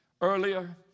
Earlier